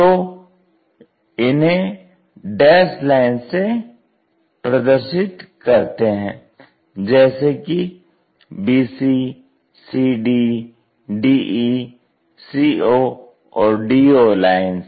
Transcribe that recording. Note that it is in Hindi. तो इन्हें डैस्ड लाइन से प्रदर्शित करते हैं जैसे कि bc cd de co और do लाइंस